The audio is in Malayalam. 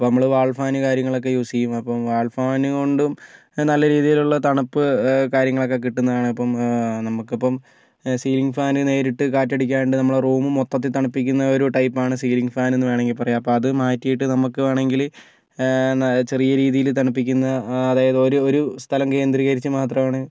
അപ്പോൾ നമ്മള് വാൾ ഫാന് കാര്യങ്ങളൊക്കെ യൂസെയ്യും അപ്പോൾ വാൾ ഫാനുകൊണ്ടും നല്ല രീതിയിലുള്ള തണുപ്പ് കാര്യങ്ങളൊക്കെ കിട്ടുന്നതാണ് അപ്പം നമുക്കപ്പം സീലിംഗ് ഫാന് നേരിട്ട് കാറ്റടിക്കാണ്ട് നമ്മള് റൂമു മൊത്തത്തിൽ തണുപ്പിക്കുന്നൊരു ടൈപ്പാണ് സീലിംഗ് ഫാനെന്ന് വേണമെങ്കിൽ പറയാം അത് മാറ്റിയിട്ട് നമുക്ക് വേണമെങ്കില് ചെറിയ രീതിയില് തണുപ്പിക്കുന്ന അതായത് ഒരു ഒരു സ്ഥലം കേന്ദ്രികരിച്ച് മാത്രമാണ്